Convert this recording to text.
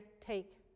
take